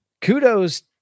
kudos